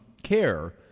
care